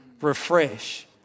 refresh